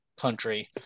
country